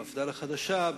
מפד"ל החדשה,